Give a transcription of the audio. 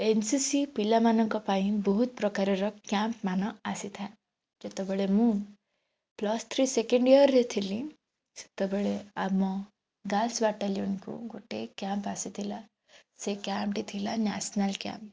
NCC ପିଲାମାନଙ୍କ ପାଇଁ ବହୁତ ପ୍ରକାରର କ୍ୟାମ୍ପମାନ ଆସିଥାଏ ଯେତେବେଳେ ମୁଁ ପ୍ଲସ୍ ଥ୍ରୀ ସେକଣ୍ଡ ୟିଅର୍ ରେ ଥିଲି ସେତେବେଳେ ଆମ ଗାର୍ଲସ୍ ବାଟାଲିୟନ୍ କୁ ଗୋଟେ କ୍ୟାମ୍ପ ଆସିଥିଲା ସେ କ୍ୟାମ୍ପ ଟି ଥିଲା ନ୍ୟାସ୍ନାଲ୍ କ୍ୟାମ୍ପ